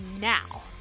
now